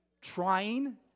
trying